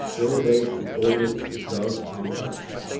row date is always preserved untouched.